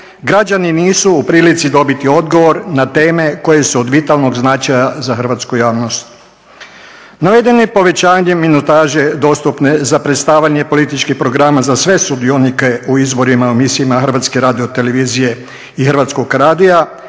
građani nisu u prilici dobiti odgovor na teme koje su od vitalnog značaja za hrvatsku javnost. Navedeno povećanje minutaže dostupne za predstavljanje političkih programa za sve sudionike u izborima u emisijama HRT-a i HR-a sa prijašnje 2 minute na